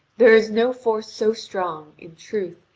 there is no force so strong, in truth,